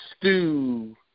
stew